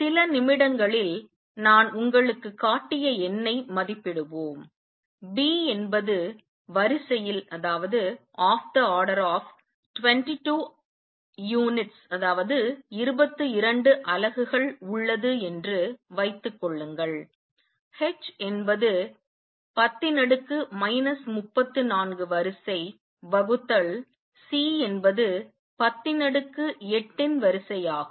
சில நிமிடங்களில் நான் உங்களுக்குக் காட்டிய எண்ணை மதிப்பிடுவோம் B என்பது வரிசையில் 22 அலகுகள் உள்ளது என்று வைத்துக் கொள்ளுங்கள் h என்பது 10 34 வரிசை வகுத்தல் C என்பது 108 இன் வரிசையாகும்